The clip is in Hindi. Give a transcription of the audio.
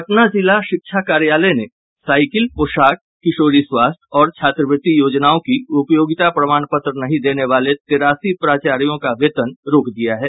पटना जिला शिक्षा कार्यालय ने साइकिल पोशाक किशोरी स्वास्थ्य और छात्रवृति योजनाओं की उपयोगिता प्रमाण पत्र नहीं देने वाले तिरासी प्राचार्यों का वेतन रोक दिया है